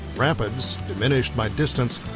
rapids, diminished by distance,